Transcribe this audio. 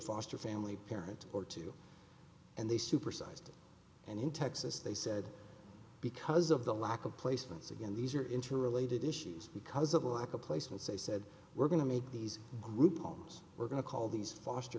foster family parent or two and they supersized and in texas they said because of the lack of placements again these are interrelated issues because of a lack of place and say said we're going to make these group homes we're going to call these foster